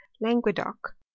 languedoc